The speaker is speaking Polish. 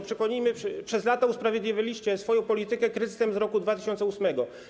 Przypomnijmy, że przez lata usprawiedliwialiście swoją politykę kryzysem z roku 2008.